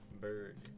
bird